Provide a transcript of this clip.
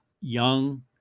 young